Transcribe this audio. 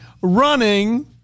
running